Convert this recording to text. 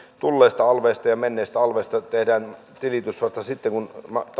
tulleista alveista ja menneistä alveista tehdään tilitys vasta sitten kun